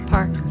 Park